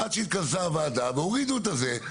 עד שהתכנסה הוועדה והורידו את הזה.